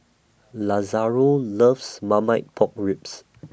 Lazaro loves Marmite Pork Ribs